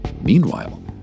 Meanwhile